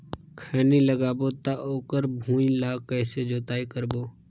खैनी लगाबो ता ओकर भुईं ला कइसे जोताई करबो?